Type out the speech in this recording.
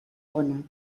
bona